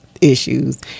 issues